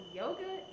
yoga